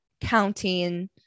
counting